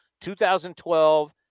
2012